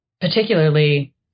particularly